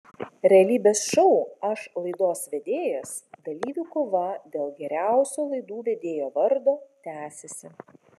realybės šou aš laidos vedėjas dalyvių kova dėl geriausio laidų vedėjo vardo tęsiasi